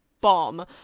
bomb